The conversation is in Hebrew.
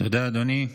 תודה, אדוני.